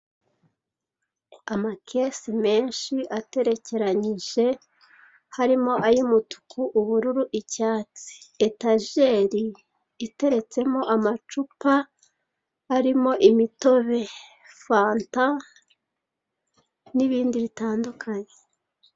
Amakesi menshi agerekerenyije harimo ay'umutuku, ubururu, icyatsi. Etajeri iteretsemo amacupa arimo imitobe, fanta n'ibindi bitandukanye.